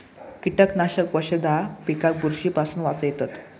कीटकनाशक वशधा पिकाक बुरशी पासून वाचयतत